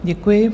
Děkuji.